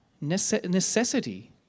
necessity